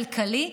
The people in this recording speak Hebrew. כלכלי,